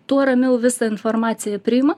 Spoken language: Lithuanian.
tuo ramiau visą informaciją priima